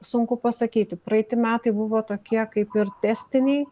sunku pasakyti praeiti metai buvo tokie kaip ir tęstiniai